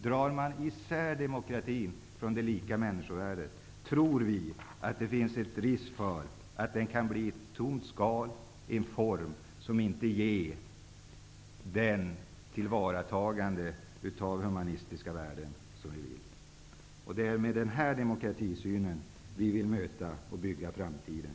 Avskiljer man demokratibegreppet från begreppet lika människovärde tror vi att det finns risk för att det hela blir ett tomt skal, en form som inte ger det tillvaratagande av humanistiska värden som vi vill. Det är med denna demokratisyn som vi vill möta och bygga för framtiden.